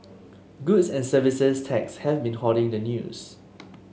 Goods and Services Tax has been hoarding the news